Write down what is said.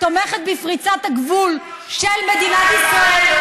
תומכת בפריצת הגבול של מדינת ישראל,